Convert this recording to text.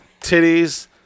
titties